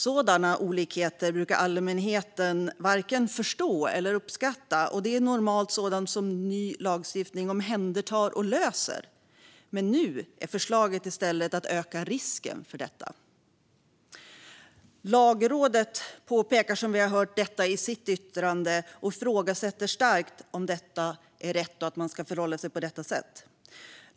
Sådana olikheter brukar allmänheten varken förstå eller uppskatta, och det är normalt sådant som ny lagstiftning omhändertar och löser. Men nu är förslaget i stället att öka risken för detta. Lagrådet påpekar, som vi har hört, detta i sitt yttrande och ifrågasätter starkt om det är rätt att förhålla sig på det sättet.